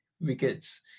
wickets